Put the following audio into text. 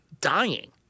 dying